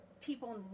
people